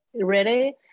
ready